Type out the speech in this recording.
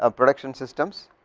ah production systems